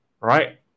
right